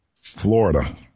Florida